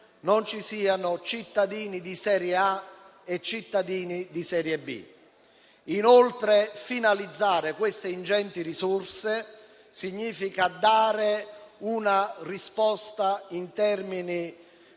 non ci siano cittadini di serie A e cittadini di serie B. Inoltre, finalizzare queste ingenti risorse significa dare una risposta in termini